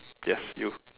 yes you